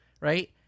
Right